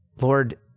lord